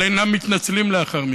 אבל אינם מתנצלים לאחר מכן,